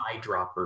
eyedropper